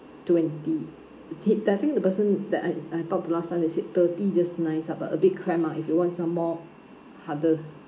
twenty did uh I think the person that I I talked to last time they said thirty just nice ah but a bit cramp ah if you want some more harder